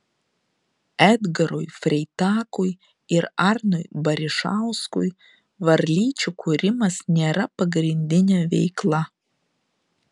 edgarui freitakui ir arnui barišauskui varlyčių kūrimas nėra pagrindinė veikla